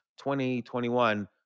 2021